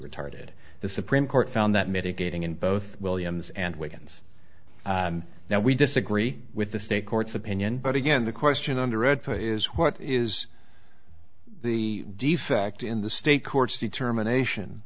retarded the supreme court found that mitigating in both williams and wiggins now we disagree with the state courts opinion but again the question under read for is is what the defect in the state courts determination